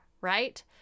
right